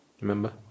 remember